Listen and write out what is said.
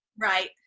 Right